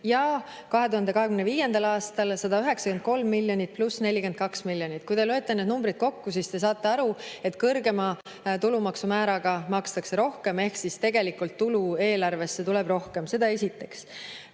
ja 2025. aastal 193 miljonit pluss 42 miljonit. Kui te lööte need numbrid kokku, siis te saate aru, et kõrgema tulumaksumääraga makstakse rohkem, ehk siis tegelikult tulu eelarvesse tuleb rohkem. Seda esiteks.